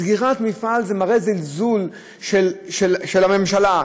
סגירת המפעל מראה זלזול של הממשלה,